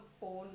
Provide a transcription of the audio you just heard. phone